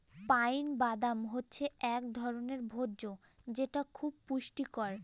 pine বাদাম হচ্ছে এক ধরনের ভোজ্য যেটা খুব পুষ্টিকর